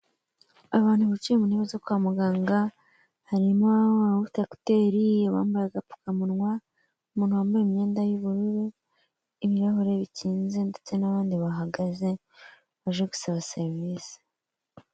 Abantu biciye mu ntebe zo kwa muganga, harimo ufite kuteri, abambaye agapfukamunwa, umuntu wambaye imyenda y'ubururu, ibirahure bikinze ndetse n'abandi bahagaze baje gusaba serivisi.